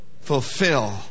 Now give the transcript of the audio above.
fulfill